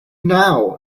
now